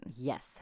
Yes